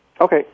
Okay